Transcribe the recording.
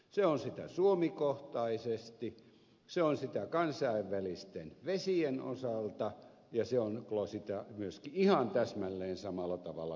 se on sitä suomi kohtaisesti se on sitä kansainvälisten vesien osalta ja se on sitä myöskin ihan täsmälleen samalla tavalla globaalisti